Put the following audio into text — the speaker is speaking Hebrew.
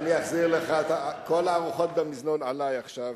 אני אחזיר לך, כל הארוחות במזנון עלי עכשיו.